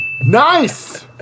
Nice